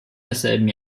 desselben